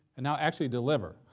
and now actually deliver,